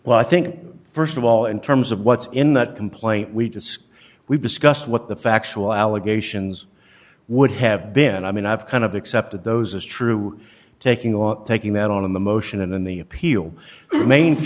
well i think st of all in terms of what's in that complaint we discussed we've discussed what the factual allegations would have been and i mean i've kind of accepted those as true taking or taking that on in the motion and in the appeal the main